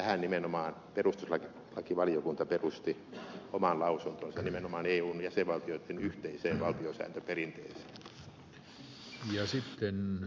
tähän nimenomaan perustuslakivaliokunta perusti oman lausuntonsa nimenomaan eun jäsenvaltioitten yhteiseen valtiosääntöperinteeseen